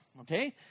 okay